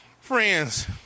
Friends